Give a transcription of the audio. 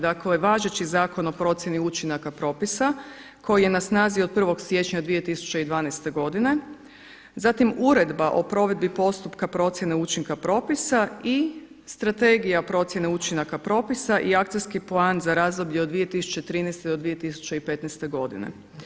Dakle, važeći zakon o procjeni učinaka propisa koji je na snazi od 1. siječnja 2012. godine, zatim Uredba o provedbi postupka procjene učinka propisa i Strategija procjene učinaka propisa i akcijski plan za razdoblje od 2013. do 2015. godine.